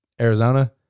Arizona